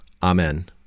Amen